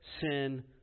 sin